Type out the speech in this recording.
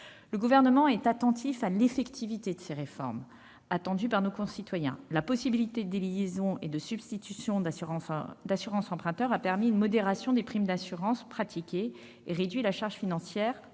Le Gouvernement est attentif à l'effectivité de ces réformes, qui sont attendues par nos concitoyens. La possibilité de déliaison et de substitution d'assurance emprunteur a permis une modération des primes d'assurance pratiquées et réduit la charge financière